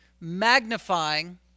magnifying